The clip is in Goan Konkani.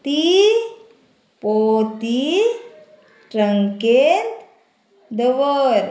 ती पोती ट्रंकेत दवर